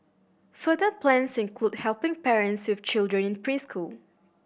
further plans include helping parents with children in preschool